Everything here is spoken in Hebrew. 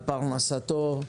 על פרנסתו,